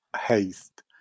haste